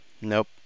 Nope